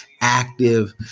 active